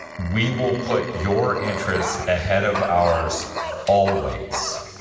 we will put your interests ahead of ours always.